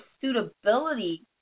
suitability